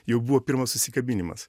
jau buvo pirmas susikabinimas